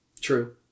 True